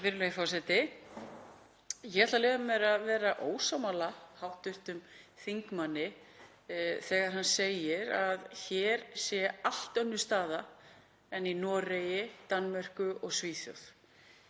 Ég ætla að leyfa mér að vera ósammála hv. þingmanni þegar hann segir að hér sé allt önnur staða en í Noregi, Danmörku og Svíþjóð.